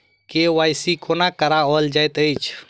KYC कोना कराओल जाइत अछि?